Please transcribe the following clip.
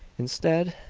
instead,